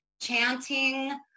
chanting